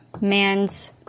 man's